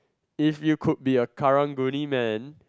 if you could be a Karang-Guni man